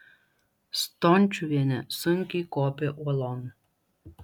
stončiuvienė sunkiai kopė uolon